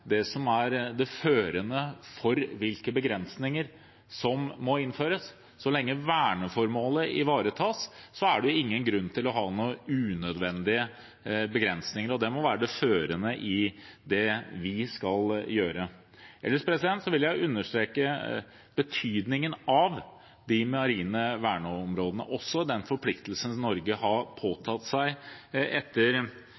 det ingen grunn til å ha noen unødvendige begrensninger. Det må være det førende for det vi skal gjøre. Ellers vil jeg understreke betydningen av de marine verneområdene, også den forpliktelsen Norge har